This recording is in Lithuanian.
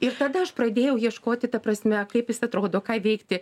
ir tada aš pradėjau ieškoti ta prasme kaip jis atrodo ką veikti